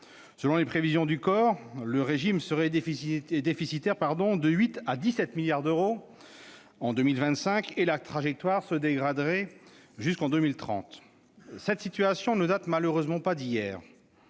Selon les prévisions du COR, le régime serait déficitaire de 8 à 17 milliards d'euros en 2025 et la trajectoire se dégraderait jusqu'en 2030. Cette situation ne date malheureusement pas d'hier.